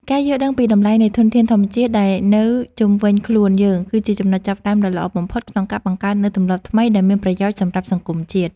ការយល់ដឹងពីតម្លៃនៃធនធានធម្មជាតិដែលនៅជុំវិញខ្លួនយើង គឺជាចំណុចចាប់ផ្ដើមដ៏ល្អបំផុតក្នុងការបង្កើតនូវទម្លាប់ថ្មីដែលមានប្រយោជន៍សម្រាប់សង្គមជាតិ។